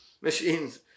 machines